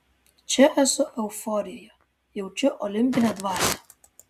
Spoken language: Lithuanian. čia esu euforijoje jaučiu olimpinę dvasią